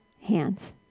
hands